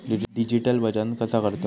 Digital वजन कसा करतत?